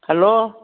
hello